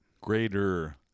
Greater